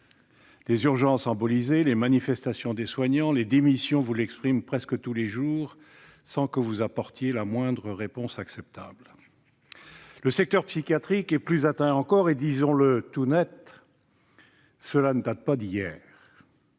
Les urgences embolisées, les manifestations des soignants, les démissions vous l'expriment presque tous les jours, sans que vous apportiez la moindre réponse acceptable. Le secteur psychiatrique est plus atteint encore, et, disons-le tout net, cela ne date pas d'hier.